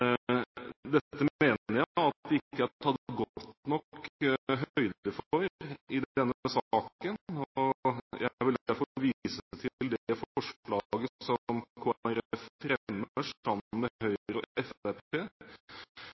i denne saken, og jeg vil derfor vise til det forslaget som Kristelig Folkeparti fremmer sammen med Høyre og